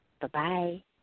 Bye-bye